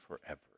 forever